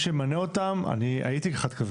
אני הייתי אחד כזה.